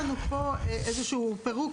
המוסדות הרפואיים והמקומות שבהם רשאי עוזר רופא לבצעה,